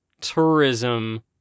tourism